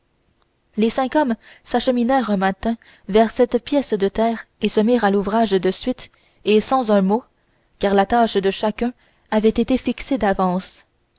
les cinq hommes s'acheminèrent un matin vers cette pièce de terre et se mirent à l'ouvrage de suite e sans un mot car la tâche de chacun avait été fixée d'avance